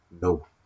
No